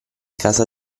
casa